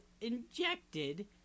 injected